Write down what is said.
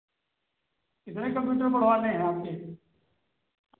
कितने कम्प्यूटर बढ़वाने हैं आपके